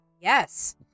Yes